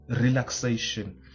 relaxation